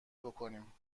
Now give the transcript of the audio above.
بکنیم